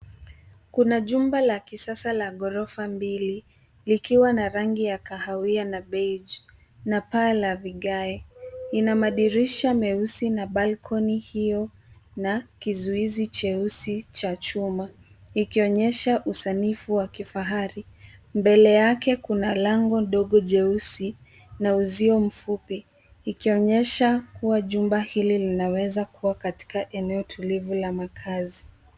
Kuna jumba la kisasa la ghorofa mbili likiwa na rangi ya kahawia na beige na paa la vigae. Ina madirisha meusi na balcony hio na kizuizi cheusi cha chuma ikionyesha usanifu wa kifahari. Mbele yake kuna lango ndogo jeusi na uzio mfupi ikionyesha kuwa jumba hili linaweza kuwa katika eneo tulivu la makaazi.